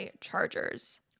Chargers